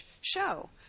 show